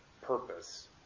purpose